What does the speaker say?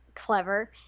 clever